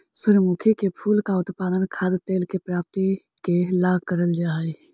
सूर्यमुखी के फूल का उत्पादन खाद्य तेल के प्राप्ति के ला करल जा हई